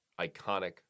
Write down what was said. iconic